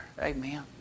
Amen